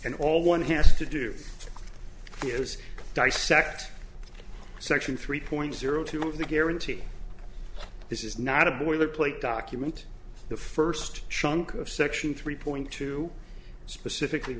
and all one has to do is dissect section three point zero two of the guarantee this is not a boilerplate document the first shunk of section three point two specifically